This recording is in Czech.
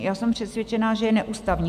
Já jsem přesvědčená, že je neústavní.